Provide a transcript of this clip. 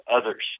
others